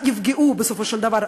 יפגעו בסופו של דבר,